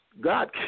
God